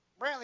Brantley